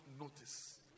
notice